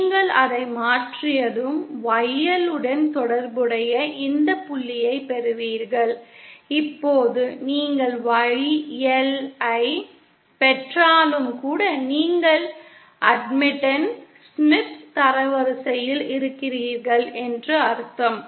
நீங்கள் அதை மாற்றியதும் YL உடன் தொடர்புடைய இந்த புள்ளியைப் பெறுவீர்கள் இப்போது நீங்கள் Y L ஐப் பெற்றாலும் கூட நீங்கள் அட்மிட்டன் ஸ்மித் தரவரிசையில் இருக்கிறீர்கள் என்று அர்த்தம்